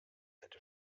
hätte